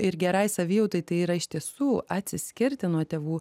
ir gerai savijautai tai yra iš tiesų atsiskirti nuo tėvų